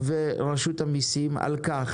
ורשות המיסים על-כך